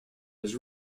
was